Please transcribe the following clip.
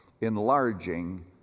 enlarging